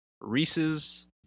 Reese's